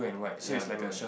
ya blue